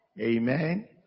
Amen